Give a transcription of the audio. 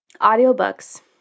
audiobooks